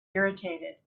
irritated